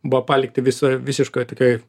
buvo palikti visa visiškoj tokioj